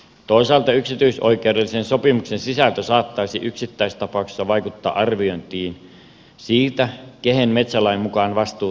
toisaalta yksityisoikeudellisen sopimuksen sisältö saattaisi yksittäistapauksissa vaikuttaa arviointiin siitä kehen metsälain mukainen vastuu tulisi kohdentaa